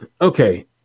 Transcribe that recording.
Okay